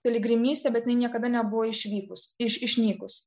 piligrimystė bet jinai niekada nebuvo išvykus iš išnykus